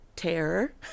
terror